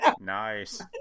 Nice